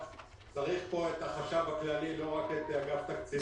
צריך כאן את החשב הכללי ולא רק את אגף התקציבים.